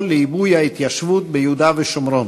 לעיבוי ההתיישבות ביהודה ובשומרון,